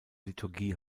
liturgie